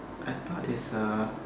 I thought it's a